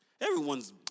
Everyone's